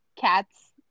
Cats